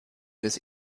des